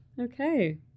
Okay